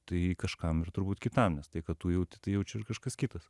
tai kažkam ir turbūt kitam nes tai ką tu jauti tai jaučia ir kažkas kitas